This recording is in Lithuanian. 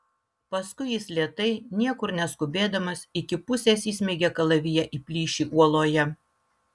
paskui jis lėtai niekur neskubėdamas iki pusės įsmeigė kalaviją į plyšį uoloje